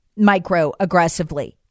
microaggressively